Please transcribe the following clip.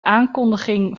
aankondiging